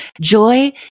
joy